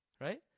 right